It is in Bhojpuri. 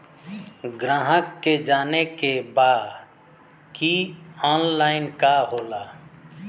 ग्राहक के जाने के बा की ऑनलाइन का होला?